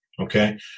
Okay